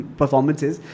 performances